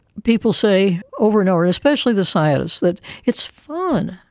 people say over and over, especially the scientists, that it's fun,